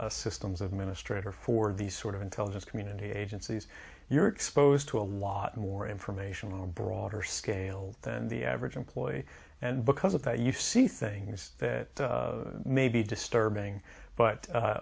a systems administrator for these sort of intelligence community agencies you're exposed to a lot more information on a broader scale than the average employee and because of that you see things that may be disturbing but